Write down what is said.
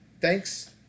Thanks